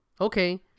okay